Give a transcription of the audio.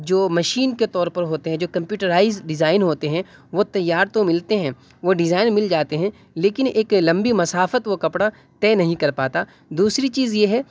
جو مشین کے طور پر ہوتے ہیں جو کمپیوٹرائز ڈیزائن ہوتے ہیں وہ تیار تو ملتے ہیں وہ ڈیزائن مل جاتے ہیں لیکن ایک لمبی مسافت وہ کپڑا طے نہیں کر پاتا دوسری چیز یہ ہے